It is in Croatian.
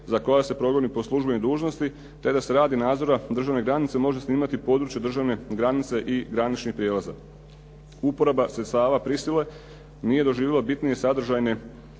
za koja se progoni po službenoj dužnosti te da se radi nadzora državne granice može snimati područje državne granice i graničnih prijelaza. Uporaba sredstava prisile nije doživjelo bitnije sadržajne